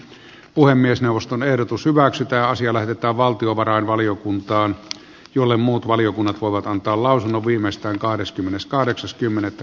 puhemiesneuvoston ehdotus hyväksytä asia lähetetään valtiovarainvaliokuntaan jolle muut valiokunnat voivat antaa lausunnon viimeistään kahdeskymmeneskahdeksas kymmenettä